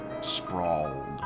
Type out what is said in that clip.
sprawled